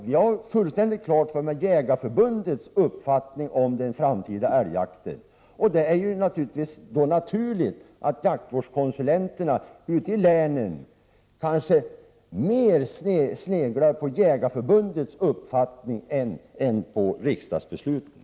Vilken Jägareförbundets uppfattning om den framtida älgjakten är, det har jag fullständigt klart för mig. Det är naturligt att jaktvårdskonsulenterna ute i länen kanske mera sneglar på Jägareförbundets uppfattning än på riksdagsbeslutet.